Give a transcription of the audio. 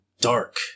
dark